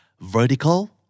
Vertical